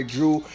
Drew